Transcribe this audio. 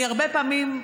אני הרבה פעמים,